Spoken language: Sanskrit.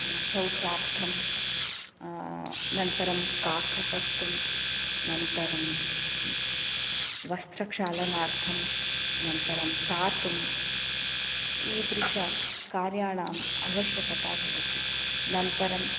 शौचार्थं अनन्तरं पाककर्तुंआनन्तरं वस्त्रक्षालनार्थं अनन्तरं पातुम् ईदृशकार्याणाम् आवश्यकता भवति नन्तरं